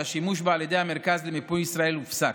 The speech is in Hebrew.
שהשימוש בה על ידי המרכז למיפוי ישראל הופסק.